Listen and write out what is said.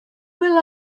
will